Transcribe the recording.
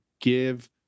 give